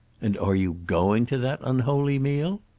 and are you going to that unholy meal?